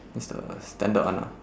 is the standard one ah